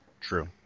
True